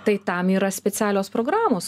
tai tam yra specialios programos